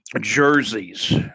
jerseys